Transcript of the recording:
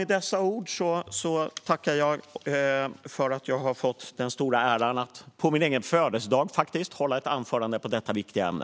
Med dessa ord tackar jag för att jag har fått den stora äran att på min egen födelsedag hålla ett anförande i detta viktiga ämne.